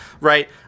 right